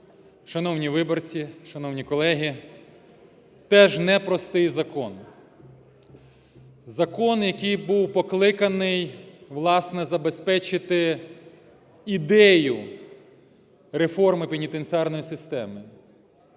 Шановні виборці, шановні колеги, теж непростий закон – закон, який був покликаний, власне, забезпечити ідею реформи пенітенціарної системи.